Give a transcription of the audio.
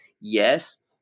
Yes